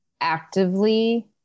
actively